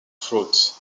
fruits